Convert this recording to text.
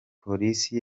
polisi